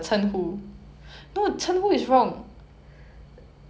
in future right I need to prevent myself from saying things like